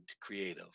creative